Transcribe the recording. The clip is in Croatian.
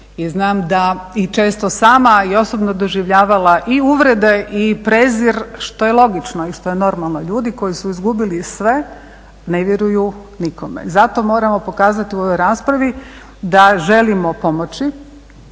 znam i često sama osobno doživljavala i uvrede i prezir, što je logično i što je normalno. Ljudi koji su izgubili sve ne vjeruju nikome. I zato moramo pokazati u ovoj raspravi da želimo pomoći,